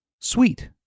sweet